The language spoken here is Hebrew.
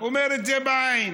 אומר את זה בעין: